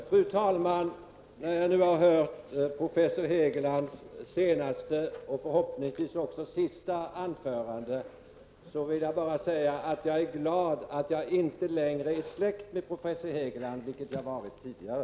Fru talman! När vi nu hörde professor Hegelands senaste och förhoppningsvis sista anförande vill jag bara säga att jag är glad att jag inte längre är släkt med professor Hegeland, vilket jag varit tidigare.